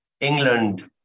England